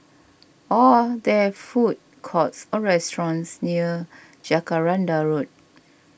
are there food courts or restaurants near Jacaranda Road